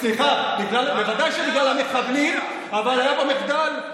סליחה, בוודאי שבגלל המחבלים, אבל היה פה מחדל.